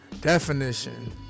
Definition